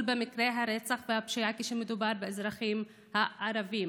במקרי הרצח והפשיעה כשמדובר באזרחים הערבים?